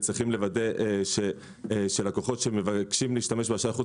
צריכים לוודא שלקוחות שמבקשים להשתמש באשראי חוץ